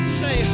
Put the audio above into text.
say